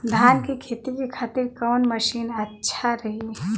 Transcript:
धान के खेती के खातिर कवन मशीन अच्छा रही?